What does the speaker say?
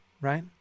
right